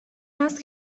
است